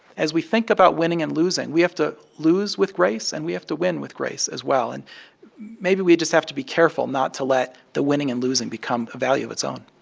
as we think about winning and losing, we have to lose with grace, and we have to win with grace, as well. and maybe we just have to be careful not to let the winning and losing become a value of its own